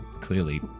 clearly